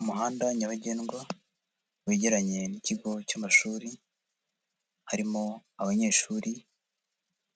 Umuhanda nyabagendwa, wegeranye n'ikigo cy'amashuri, harimo abanyeshuri